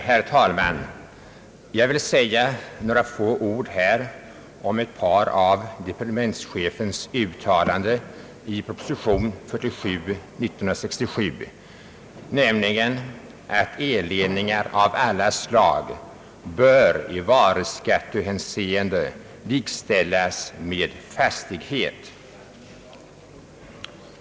Herr talman! Jag vill säga några få ord om ett av departementschefens uttalanden i proposition nr 47 år 1967, nämligen att elledningar av alla slag bör i varuskattehänseende likställas med fastighet.